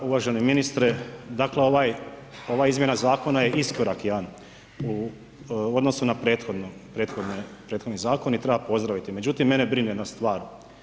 Uvaženi ministre, dakle ova izmjena zakona je iskorak jedan u odnosu na prethodne zakone i treba pozdraviti međutim mene brine jedna stvar.